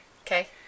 Okay